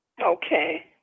Okay